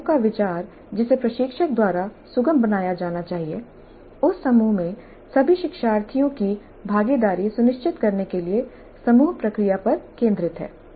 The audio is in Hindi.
एक समूह का विचार जिसे प्रशिक्षक द्वारा सुगम बनाया जाना चाहिए उस समूह में सभी शिक्षार्थियों की भागीदारी सुनिश्चित करने के लिए समूह प्रक्रिया पर केंद्रित है